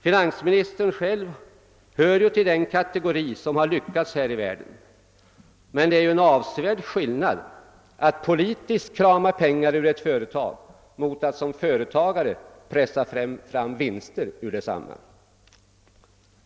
Finansministern själv hör till den kategori som har lyckats här i världen, men det är en avsevärd skillnad mellan att politiskt krama pengar ur ett företag och att som företagare pressa fram vinster ur detsamma.